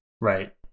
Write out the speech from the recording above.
Right